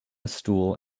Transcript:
stool